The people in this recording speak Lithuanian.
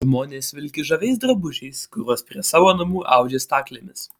žmonės vilki žaviais drabužiais kuriuos prie savo namų audžia staklėmis